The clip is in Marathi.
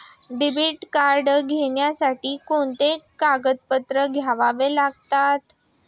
डेबिट कार्ड घेण्यासाठी कोणती कागदपत्रे द्यावी लागतात?